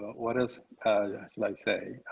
what else, should i say?